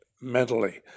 mentally